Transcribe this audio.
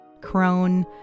crone